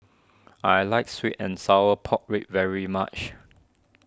I like Sweet and Sour Pork Ribs very much